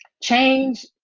change,